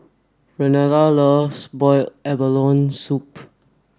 Renada loves boiled abalone soup